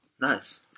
Nice